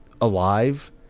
alive